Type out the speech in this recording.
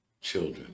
children